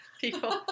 People